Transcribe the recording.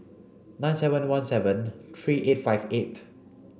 nine seven one seven three eight five eight